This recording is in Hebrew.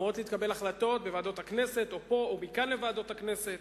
אמורות להתקבל החלטות בוועדות הכנסת או פה או מכאן לוועדות הכנסת.